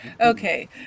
Okay